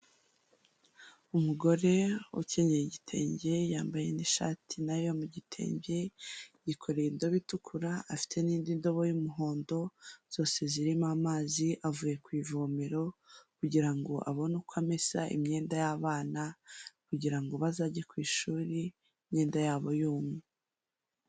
Umugore ukenyeye igitenge yambaye n'ishati nayo yo mu gitenge, yikoreye indobe itukura, afite n'indi ndobo y'umuhondo, zose zirimo amazi avuye ku ivomero kugira ngo abone uko amesa imyenda y'abana kugira ngo bazajye ku ishuri imyenda yabo yumye.